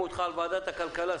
שמו אותך על ועדת הכלכלה.